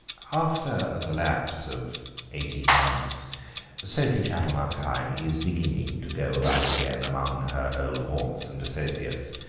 after the lapse of eighteen months sophie chattel-monkheim is beginning to go about again among her old haunts and associates,